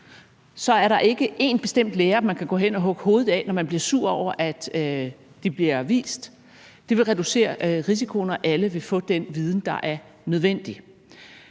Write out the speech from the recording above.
Så er der ikke én bestemt lærer, man kan gå hen og hugge hovedet af, når man bliver sur over, at det bliver vist. Det vil reducere risikoen, og alle vil få den viden, der er nødvendig.